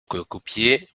coéquipier